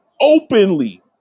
openly